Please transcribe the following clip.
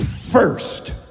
first